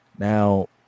Now